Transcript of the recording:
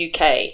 UK